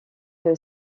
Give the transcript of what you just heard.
que